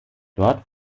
dort